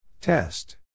Test